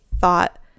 thought